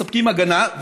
מספקים הגנה.